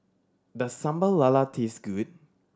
does Sambal Lala taste good